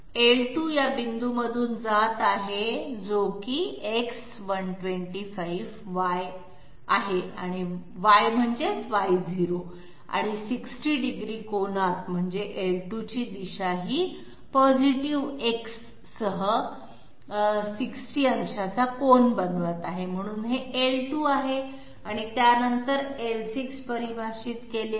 l2 या पॉईंटमधून जात आहे जो X125Y आहे Y म्हणजे Y0 आणि 60 degree कोनात म्हणजे l2 ची सकारात्मक दिशा ve X सह 60 अंशाचा कोन बनवत आहे म्हणून हे l2 आहे आणि त्यानंतर l6 परिभाषित केले आहे